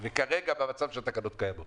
כי פחדתי ממה שאתה הולך לומר.